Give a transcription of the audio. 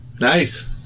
nice